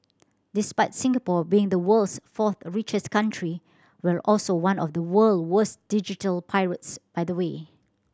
despite Singapore being the world's fourth richest country we're also one of the world's worst digital pirates by the way